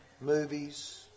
movies